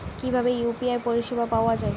কিভাবে ইউ.পি.আই পরিসেবা পাওয়া য়ায়?